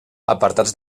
apartats